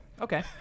okay